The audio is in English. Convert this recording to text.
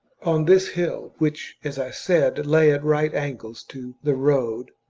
on this hill, which, as i said, lay at right angles to the road,